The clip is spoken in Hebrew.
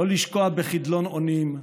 לא לשקוע בחידלון אונים,